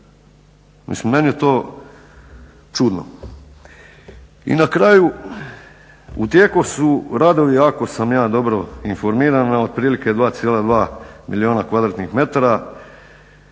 meni je to čudno. I na kraju, u tijeku su radovi ako sam ja dobro informiran na otprilike 2,2 milijuna m2, radi se kao